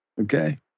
Okay